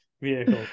vehicle